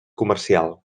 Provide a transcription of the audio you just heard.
comercial